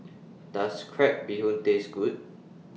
Does Crab Bee Hoon Taste Good